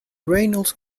reynolds